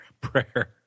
prayer